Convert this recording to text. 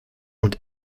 und